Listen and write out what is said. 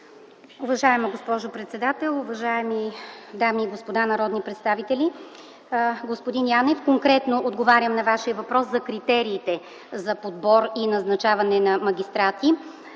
Уважаема госпожо председател, уважаеми дами и господа народни представители! Господин Янев, отговарям конкретно на Вашия въпрос за критериите за подбор и назначаване на магистрати.